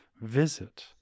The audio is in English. visit